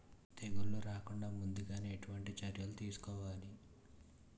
తెగుళ్ల రాకుండ ముందుగానే ఎటువంటి చర్యలు తీసుకోవాలి?